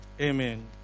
Amen